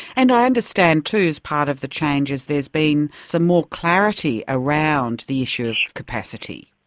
and i understand too as part of the changes there has been some more clarity around the issue of capacity.